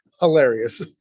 hilarious